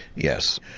yes,